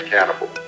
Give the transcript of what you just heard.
Cannibal